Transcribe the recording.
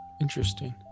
Interesting